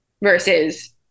versus